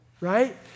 right